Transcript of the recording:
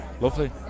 Lovely